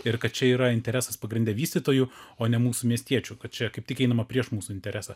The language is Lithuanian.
ir kad čia yra interesas pagrinde vystytojų o ne mūsų miestiečių kad čia kaip tik einama prieš mūsų interesą